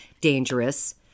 dangerous